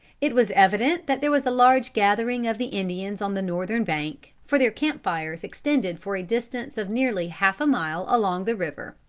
it was evident that there was a large gathering of the indians on the northern bank, for their camp-fires extended for a distance of nearly half a mile along the river.